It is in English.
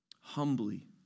humbly